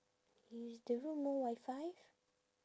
is the room no WiFi